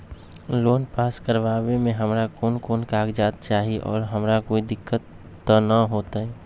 Loan पास करवावे में हमरा कौन कौन कागजात चाही और हमरा कोई दिक्कत त ना होतई?